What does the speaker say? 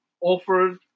offered